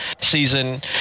season